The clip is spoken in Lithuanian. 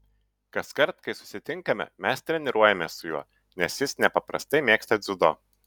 kaskart kai susitinkame mes treniruojamės su juo nes jis nepaprastai mėgsta dziudo